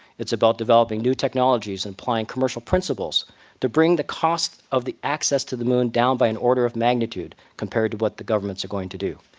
it's about developing new technologies and applying commercial principles to bring the cost of the access to the moon down by an order of magnitude compared to what the governments are going to do.